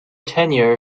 tenure